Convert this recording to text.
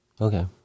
Okay